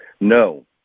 No